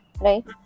right